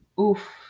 oof